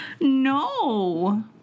No